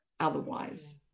Otherwise